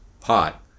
pot